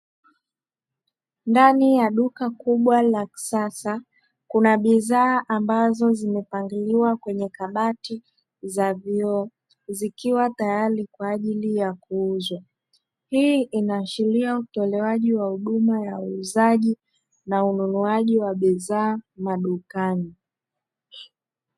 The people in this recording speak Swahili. Ndani ya duka kubwa la kisasa kuna bidhaa ambazo zimepangiliwa kwenye kabati za vioo, zikiwa tayari kwa ajili ya kuuzwa, hii inaashiria kuwa utolewaji wa huduma ya uuzaji na ununuaji wa bidhaa madukani.